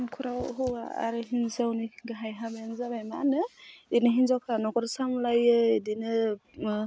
नख'राव हौवा आरो हिन्जावनि गाहाइ हाबायानो जाबाय मा होनो बिनो हिन्जावफ्रा नख'र सामलायो बिदिनो